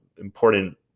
important